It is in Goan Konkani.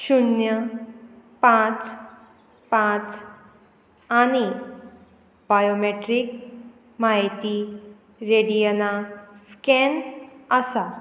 शुन्य पांच पांच आनी बायोमेट्रीक म्हायती रेडियना स्कॅन आसा